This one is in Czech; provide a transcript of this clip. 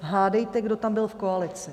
Hádejte, kdo tam byl v koalici?